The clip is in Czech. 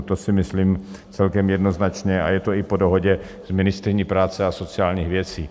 To si myslím celkem jednoznačně a je to i po dohodě s ministryní práce a sociálních věcí.